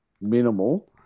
minimal